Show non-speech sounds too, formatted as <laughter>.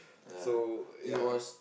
<breath> so ya